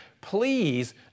Please